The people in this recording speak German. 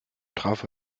trafo